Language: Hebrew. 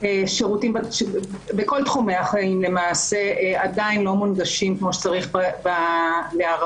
שירותים בכל תחומי החיים שלמעשה עדיין לא מונגשים כמו שצריך בערבית.